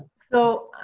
so,